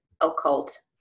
occult